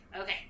Okay